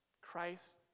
Christ